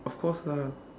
of course lah